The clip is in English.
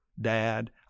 dad